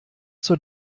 zur